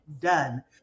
done